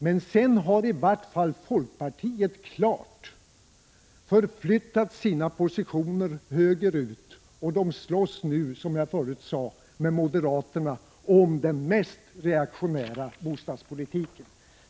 Men sedan har i vart fall folkpartiet klart förflyttat sina positioner höger ut. Folkpartiet slåss nu, som jag förut sade, med moderaterna om den mest reaktionära bostadspolitiken.